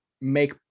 make